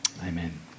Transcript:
Amen